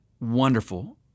wonderful